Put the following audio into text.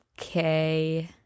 okay